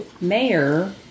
mayor